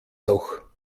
doch